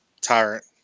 Tyrant